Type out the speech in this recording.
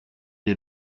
est